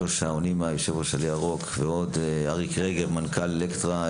מעלה ירוק, אריק רגב מנכ"ל אלקטרה.